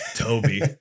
Toby